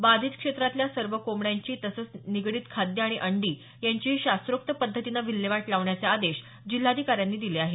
बाधित क्षेत्रातल्या सर्व कोंबड्यांची तसंच निगडित खाद्य आणि अंडी यांचीही शास्रोक्त पद्धतीनं विल्हेवाट लावण्याचे आदेश जिल्हाधिकाऱ्यांनी दिले आहेत